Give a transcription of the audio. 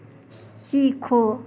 सीखो